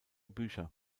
bücher